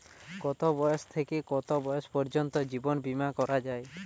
কতো বয়স থেকে কত বয়স পর্যন্ত জীবন বিমা করা যায়?